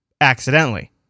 accidentally